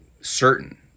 certain